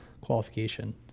qualification